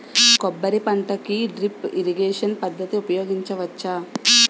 కొబ్బరి పంట కి డ్రిప్ ఇరిగేషన్ పద్ధతి ఉపయగించవచ్చా?